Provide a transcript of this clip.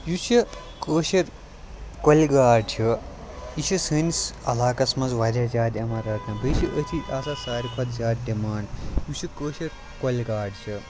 یُس یہِ کٲشِر کۄلہِ گاڈ چھِ یہِ چھِ سٲنِس علاقَس منٛز واریاہ زیادٕ یِوان رَٹنہٕ بیٚیہِ أتھی آسان ساروی کھۄتہٕ زیادٕ ڈِمانٛڈ یُس یہِ کٲشِر کۄلہِ گاڈِ چھِ